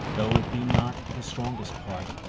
though it be not the strongest part,